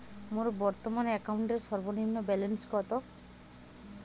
মোর বর্তমান অ্যাকাউন্টের সর্বনিম্ন ব্যালেন্স কত?